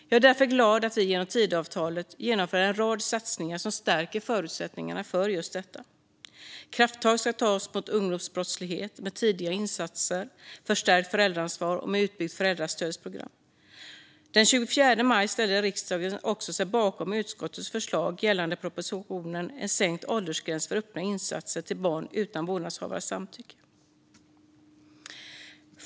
Jag är därför glad att vi genom Tidöavtalet genomför en rad satsningar som stärker förutsättningarna för just detta. Krafttag ska tas mot ungdomsbrottslighet med tidiga insatser, ett förstärkt föräldraansvar och ett utbyggt föräldrastödsprogram. Den 24 maj ställde sig riksdagen också bakom utskottets förslag gällande propositionen En sänkt åldersgräns för öppna insatser till barn utan vårdnadshav arens samtycke .